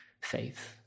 faith